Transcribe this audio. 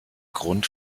grund